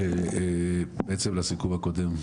לסיכום ובעצם לסיכום הקודם,